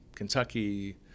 Kentucky